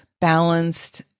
balanced